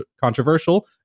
controversial